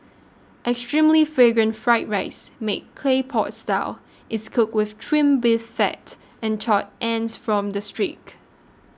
extremely Fragrant Fried Rice made Clay Pot Style is cooked with Trimmed Beef Fat and charred ends from the